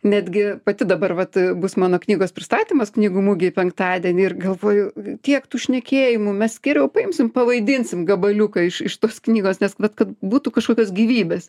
netgi pati dabar vat bus mano knygos pristatymas knygų mugėj penktadienį ir galvoju tiek tų šnekėjimų mes geriau paimsim pavaidinsim gabaliuką iš iš tos knygos nes vat kad būtų kažkokios gyvybės